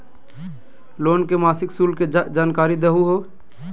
Loan के मासिक शुल्क के जानकारी दहु हो?